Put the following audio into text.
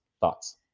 Thoughts